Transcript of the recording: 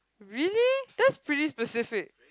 really that's pretty specific